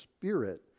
spirit